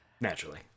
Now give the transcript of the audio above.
naturally